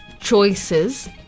choices